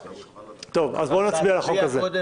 טוב, אז נצביע על החוק הזה.